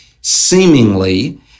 seemingly